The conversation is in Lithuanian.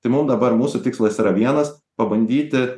tai mum dabar mūsų tikslas yra vienas pabandyti